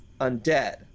undead